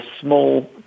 small